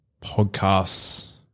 podcasts